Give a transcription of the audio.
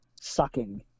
sucking